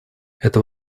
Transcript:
это